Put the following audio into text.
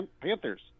Panthers